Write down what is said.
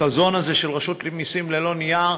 החזון הזה של רשות המסים ללא נייר.